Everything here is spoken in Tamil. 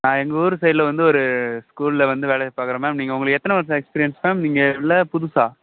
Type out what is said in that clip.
நான் எங்கள் ஊர் சைடில் வந்து ஒரு ஸ்கூலில் வந்து வேலையை பார்க்கறேன் மேம் நீங்கள் உங்களுக்கு எத்தனை வருசம் எக்ஸ்பீரியன்ஸ் மேம் நீங்கள் இல்லை புதுசா